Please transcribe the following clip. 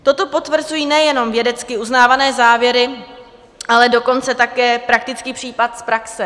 Toto potvrzují nejenom vědecky uznávané závěry, ale dokonce také praktický případ z praxe.